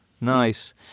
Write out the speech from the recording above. Nice